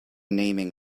naming